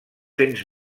cents